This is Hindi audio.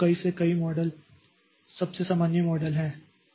तो कई से कई मॉडल सबसे सामान्य मॉडल है